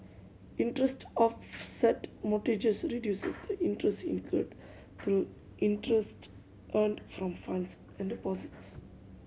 interest offset mortgages reduces the interest incurred through interest earned from funds and deposited